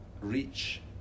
reach